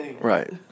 Right